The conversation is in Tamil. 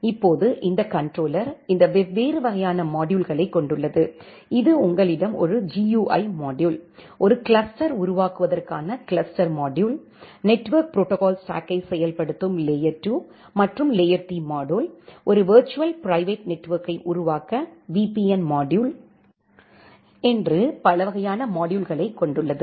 இப்போது இந்த கண்ட்ரோலர் இந்த வெவ்வேறு வகையான மாடுயூல்களைக் கொண்டுள்ளது இது உங்களிடம் ஒரு GUI மாடுயூல் ஒரு கிளஸ்ட்டர் உருவாக்குவதற்கான கிளஸ்டர் மாடுயூல் நெட்ஒர்க் ப்ரோடோகால் ஸ்டாக்கை செயல்படுத்தும் லேயர் 2 மற்றும் லேயர் 3 மாடுயூல் ஒரு விர்ச்சுவல் பிரைவேட் நெட்ஒர்க்கை உருவாக்க VPN மாடுயூல் என்று பல வகையான மாடுயூல்களைக் கொண்டுள்ளது